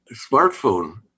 smartphone